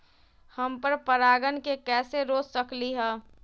हम पर परागण के कैसे रोक सकली ह?